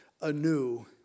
anew